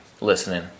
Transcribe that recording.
listening